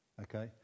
Okay